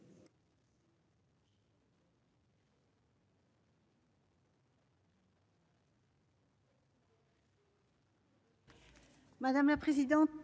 Madame la présidente,